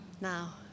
Now